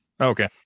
okay